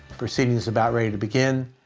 proceeding is about ready to begin.